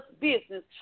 business